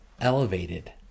elevated